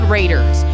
Raiders